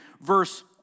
verse